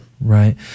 Right